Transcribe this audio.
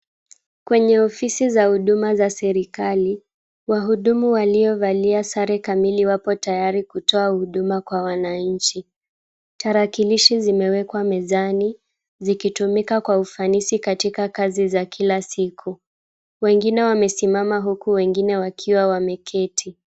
Kwenye ofisi za huduma za serikali wahudumu waliovalia sare kamili wapo tayari kutoa huduma kwa wananchi, tarakilishi zimeweka mezani zikitumika kwa ufanisi katika kazi za kila siku, wengine wamesimama huku wengine wakiwa wameketi.